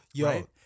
right